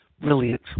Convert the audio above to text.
brilliant